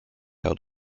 out